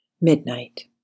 Midnight